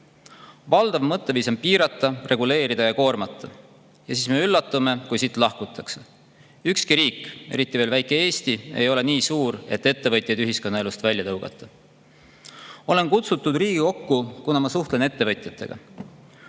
Valdav mõtteviis on piirata, reguleerida ja koormata, ja siis me üllatume, kui siit lahkutakse. Ükski riik, eriti veel väike Eesti, ei ole nii suur, et ettevõtjaid ühiskonnaelust välja tõugata. Olen kutsutud Riigikokku, kuna ma suhtlen ettevõtjatega.